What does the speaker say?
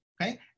okay